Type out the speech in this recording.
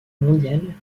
mondiale